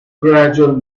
gradual